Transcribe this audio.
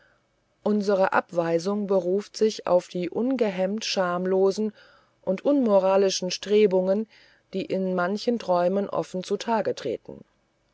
unsere abweisung beruft sich auf die ungehemmt schamlosen und unmoralischen strebungen die in manchen träumen offen zu tage treten